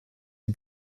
die